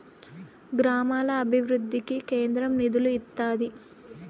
గ్రామాల అభివృద్ధికి కేంద్రం నిధులు ఇత్తాది